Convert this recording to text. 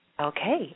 okay